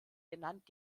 genannt